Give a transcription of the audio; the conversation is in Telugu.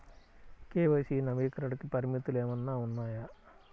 కే.వై.సి నవీకరణకి పరిమితులు ఏమన్నా ఉన్నాయా?